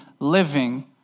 living